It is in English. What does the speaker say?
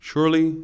Surely